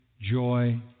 Joy